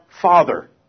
Father